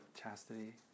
chastity